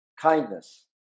Kindness